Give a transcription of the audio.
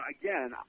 again